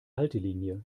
haltelinie